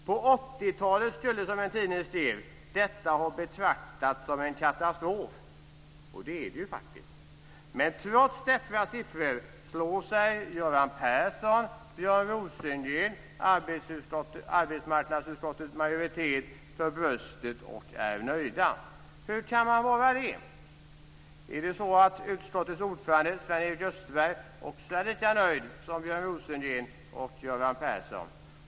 På 80-talet skulle, som en tidning skrev, detta har betraktats som en katastrof. Det är det faktiskt. Trots dessa siffror slår sig Göran Persson, Björn Rosengren och arbetsmarknadsutskottets majoritet för bröstet och är nöjda. Hur kan man vara det? Är det så att utskottets ordförande Sven-Erik Österberg också är lika nöjd som Björn Rosengren och Göran Persson?